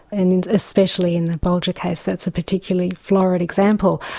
and especially in the bulger case, that's a particularly florid example,